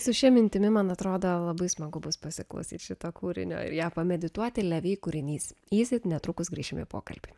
su šia mintimi man atrodo labai smagu bus pasiklausyt šito kūrinio ir ją pamedituoti le vy kūrinys yzi netrukus grįšim į pokalbį